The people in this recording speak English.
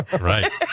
right